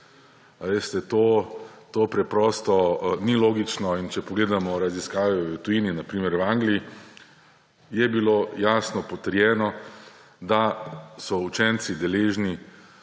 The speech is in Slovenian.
to preprosto ni logično. In če pogledamo raziskave v tujini, na primer v Angliji, je bilo jasno potrjeno, da so učenci deležni